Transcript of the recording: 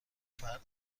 فرد